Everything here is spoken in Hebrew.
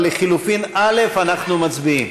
אבל על לחלופין א' אנחנו מצביעים.